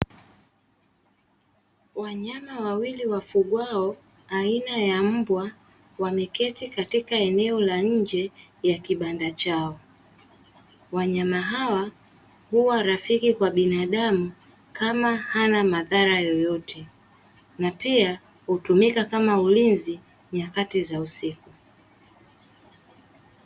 Wanyama wawili wafugwao aina ya mbwa wameketi katika eneo la nje ya kibanda chao. Wanyama hawa huwa rafiki kwa binadamu kama hana madhara yoyote, na pia hutumika kama ulinzi nyakati za usiku.